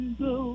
go